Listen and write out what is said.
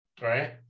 right